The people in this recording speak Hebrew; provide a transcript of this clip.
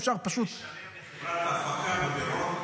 כדי לשלם לחברת הפקות במירון.